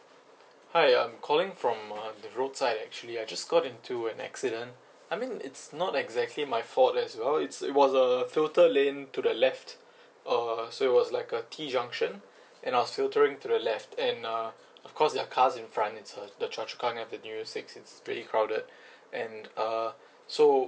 hi I'm calling from uh the roadside actually I just got into an accident I mean it's not exactly my fault as well it's it was a filter lane to the left err so it was like a T junction and I was filtering to the left and uh of course there are cars in front it's uh the choa chu kang avenue six it's pretty crowded and uh so